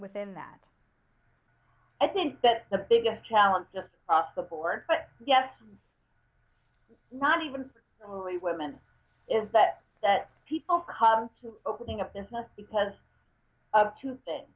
within that i think that the biggest challenge just across the board but yet not even remotely women is that that people come to opening a business because of two things